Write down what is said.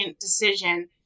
decision